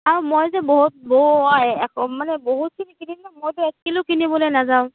আৰু মই যে বহু মানে বহুতখিনি কিনিম ন মইটো এক কিলো কিনিবলৈ নাযাওঁ